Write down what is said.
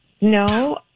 no